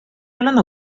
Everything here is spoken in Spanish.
hablando